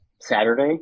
Saturday